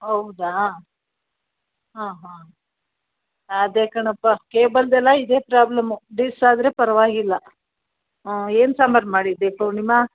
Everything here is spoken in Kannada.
ಹೌದಾ ಹಾಂ ಹಾಂ ಅದೇ ಕಣಪ್ಪಾ ಕೇಬಲ್ದೆಲ್ಲ ಇದೇ ಪ್ರಾಬ್ಲಮ್ಮು ಡಿಸ್ ಆದರೆ ಪರವಾಗಿಲ್ಲ ಹಾಂ ಏನು ಸಾಂಬಾರು ಮಾಡಿದ್ದೆ ಪೂರ್ಣಿಮಾ